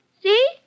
See